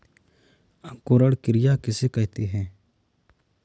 अंकुरण क्रिया किसे कहते हैं?